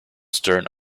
stern